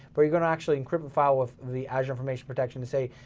but you're gonna actually encrypt the file with the azure information protection to say,